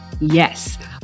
Yes